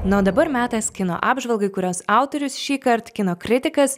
na o dabar metas kino apžvalgai kurios autorius šįkart kino kritikas